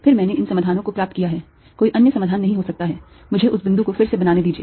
फिर मैंने इन समाधानों को प्राप्त किया है कोई अन्य समाधान नहीं हो सकता है मुझे उस बिंदु को फिर से बनाने दीजिए